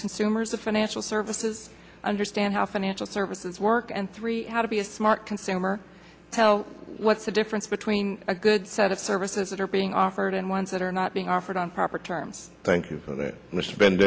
consumers the financial services understand how financial services work and three how to be a smart consumer hell what's the difference between a good set of services that are being offered and one that are not being offered on proper terms thank you for that m